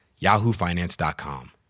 yahoofinance.com